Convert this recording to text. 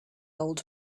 old